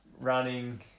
Running